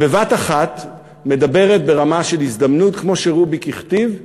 בבת-אחת מדברת ברמה של הזדמנות, כמו שרוביק הכתיב,